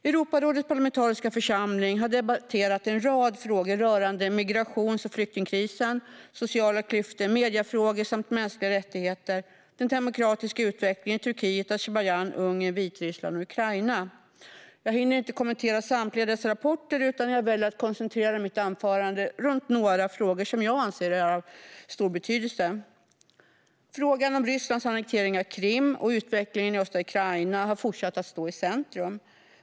Europarådets parlamentariska församling har debatterat en rad frågor rörande migrations och flyktingkrisen, sociala klyftor, mediefrågor, mänskliga rättigheter samt den demokratiska utvecklingen i Turkiet, Azerbajdzjan, Ungern, Vitryssland och Ukraina. Jag hinner inte kommentera samtliga dessa rapporter, utan jag väljer att koncentrera mitt anförande runt några frågor som jag anser är av stor betydelse. Frågan om Rysslands annektering av Krim och utvecklingen i östra Ukraina har fortsatt att stå i centrum.